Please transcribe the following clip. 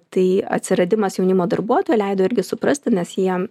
tai atsiradimas jaunimo darbuotojo leido irgi suprasti nes jie